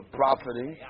profiting